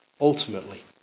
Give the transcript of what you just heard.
ultimately